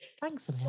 Thanks